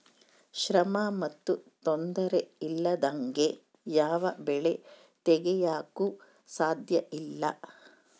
ಶ್ರಮ ಮತ್ತು ತೊಂದರೆ ಇಲ್ಲದಂಗೆ ಯಾವ ಬೆಳೆ ತೆಗೆಯಾಕೂ ಸಾಧ್ಯಇಲ್ಲ